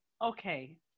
okay